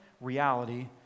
reality